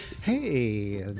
Hey